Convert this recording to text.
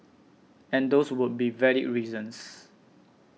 and those would be valid reasons